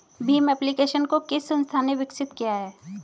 Bhim application को किस संस्था ने विकसित किया है?